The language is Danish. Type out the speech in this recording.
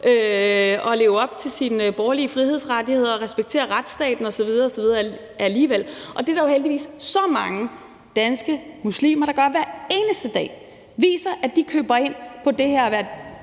leve op til sine borgerlige frihedsrettigheder, respektere retsstaten osv. osv. alligevel. Det er der jo heldigvis så mange danske muslimer der gør hver eneste dag. De viser, at de køber ind på det at være